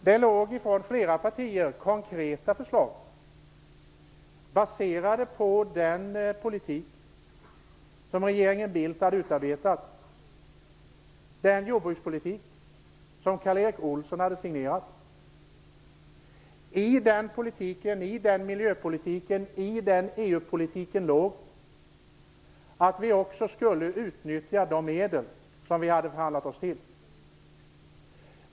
Det förelåg från flera partier konkreta förslag baserade på den politik som regeringen Bildt hade utarbetat, den jordbrukspolitik som Karl Erik Olsson hade signerat. I den miljöpolitiken och EU-politiken låg att vi också skulle utnyttja de medel som vi hade förhandlat oss till.